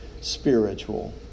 spiritual